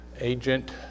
agent